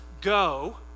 go